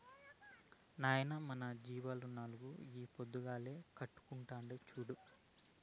నాయనా మన జీవాల్ల నాలుగు ఈ పొద్దుగాల ఈకట్పుండాయి చూడు